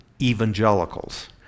evangelicals